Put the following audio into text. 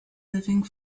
living